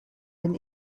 den